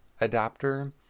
adapter